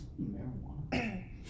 marijuana